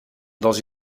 dans